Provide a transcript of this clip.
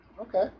okay